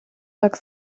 так